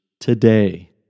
today